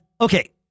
okay